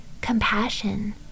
compassion